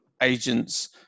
agents